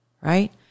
right